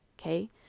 okay